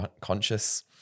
conscious